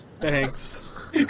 Thanks